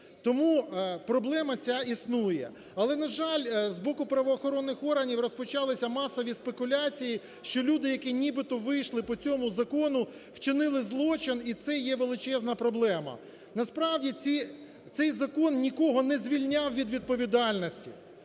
Тому проблема ця існує. Але, на жаль, з боку правоохоронних органів розпочалися масові спекуляції, що люди, які нібито вийшли по цьому закону, вчинили злочин і це є величезна проблема. Насправді, цей закон нікого не звільняв від відповідальності.